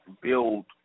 build